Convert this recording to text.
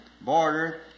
border